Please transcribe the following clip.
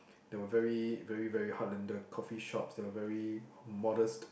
they were very very very heartlander coffee shops that were very modest